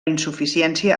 insuficiència